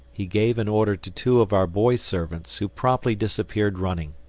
he gave an order to two of our boy-servants who promptly disappeared running.